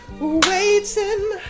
waiting